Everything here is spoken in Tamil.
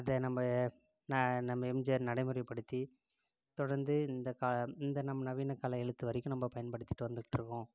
அத நம்ம நம்ம எம்ஜிஆர் நடைமுறைபடுத்தி தொடர்ந்து இந்த இந்த நம்ம நவீன கால எழுத்து வரைக்கும் நம்ம பயன்படுத்திகிட்டு வந்துகிட்டுருக்கோம்